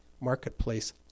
marketplace